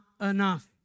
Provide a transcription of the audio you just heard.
enough